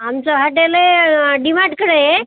आमचं hotel D मार्टकडे आहे